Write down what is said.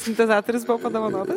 sintezatorius buvo padovanotas